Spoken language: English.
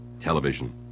television